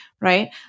Right